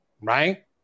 right